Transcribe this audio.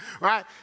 Right